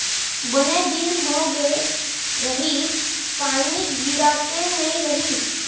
बने दिन हो गए रहिस, पानी गिरते नइ रहिस